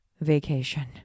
vacation